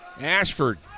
Ashford